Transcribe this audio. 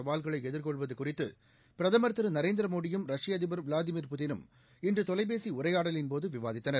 சவால்களை எதிர்கொள்வது குறித்து பிரதமர் திரு நரேந்திர மோடியும் ரஷ்ய அதிபர் விளாடிமிர் புட்டினும் இன்று தொலைபேசி உரையாடலின்போது விவாதித்தனர்